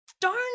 darn